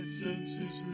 senses